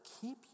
keep